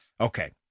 Okay